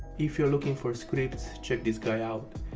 if you are looking for scripts, check this guy out,